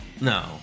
No